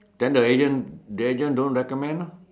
then the agent the agent don't recommend ah